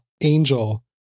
Angel